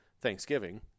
Thanksgiving